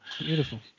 Beautiful